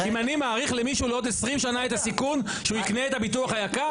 אם אני מאריך למישהו לעוד 20 שנה את הסיכון שהוא יקנה את הביטוח היקר?